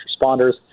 responders